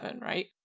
right